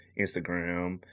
instagram